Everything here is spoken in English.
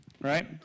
Right